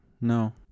no